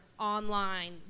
online